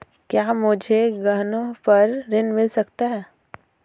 क्या मुझे गहनों पर ऋण मिल सकता है?